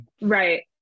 Right